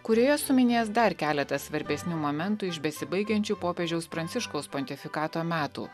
kurioje suminės dar keletą svarbesnių momentų iš besibaigiančių popiežiaus pranciškaus pontifikato metų